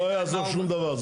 לא יעזור שום דבר.